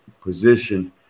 position